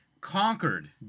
conquered